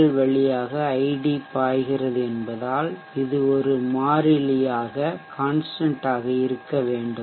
L வழியாக I D பாய்கிறது என்பதால் இது ஒரு மாறிலியாக இருக்க வேண்டும்